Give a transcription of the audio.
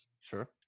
Sure